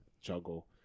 juggle